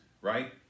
right